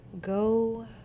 go